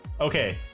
okay